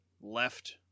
left